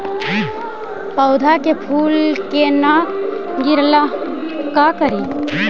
पौधा के फुल के न गिरे ला का करि?